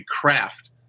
craft